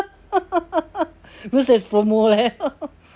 who says promo leh